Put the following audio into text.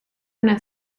una